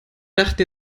dachten